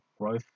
growth